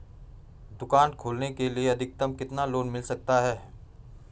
दुकान खोलने के लिए अधिकतम कितना लोन मिल सकता है?